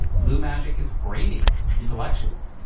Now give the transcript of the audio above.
blue magic is brainy, intellectual.